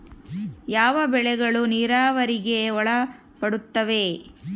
ಯಾವ ಬೆಳೆಗಳು ನೇರಾವರಿಗೆ ಒಳಪಡುತ್ತವೆ?